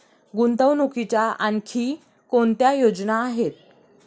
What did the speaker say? गुंतवणुकीच्या आणखी कोणत्या योजना आहेत?